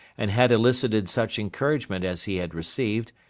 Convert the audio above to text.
and had elicited such encouragement as he had received,